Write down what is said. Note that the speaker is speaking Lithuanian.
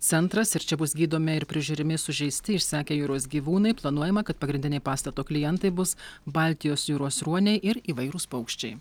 centras ir čia bus gydomi ir prižiūrimi sužeisti išsekę jūros gyvūnai planuojama kad pagrindiniai pastato klientai bus baltijos jūros ruoniai ir įvairūs paukščiai